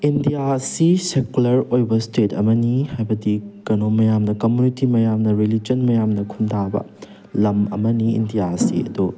ꯏꯟꯗꯤꯌꯥꯁꯤ ꯁꯦꯀꯨꯂꯔ ꯑꯣꯏꯕ ꯁ꯭ꯇꯦꯠ ꯑꯃꯅꯤ ꯍꯥꯏꯕꯗꯤ ꯀꯩꯅꯣ ꯃꯌꯥꯝꯅ ꯀꯃꯨꯅꯤꯇꯤ ꯃꯌꯥꯝꯅ ꯔꯤꯂꯤꯖꯟ ꯃꯌꯥꯝꯅ ꯈꯨꯟꯗꯥꯕ ꯂꯝ ꯑꯃꯅꯤ ꯏꯟꯗꯤꯌꯥꯁꯤ ꯑꯗꯣ